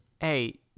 Hey